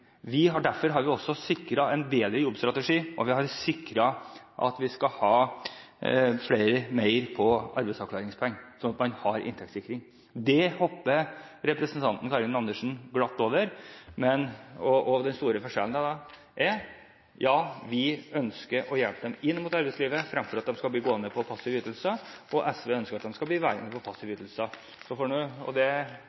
i arbeidslivet. Derfor har vi også sikret en bedre jobbstrategi, og vi har sikret at vi skal ha mer på arbeidsavklaringspenger, slik at man har inntektssikring. Det hopper representanten Karin Andersen glatt over. Den store forskjellen er at vi ønsker å hjelpe dem inn mot arbeidslivet fremfor at de skal bli gående på passive ytelser, mens SV ønsker at de skal bli værende på